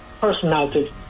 personality